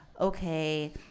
okay